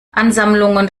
ansammlungen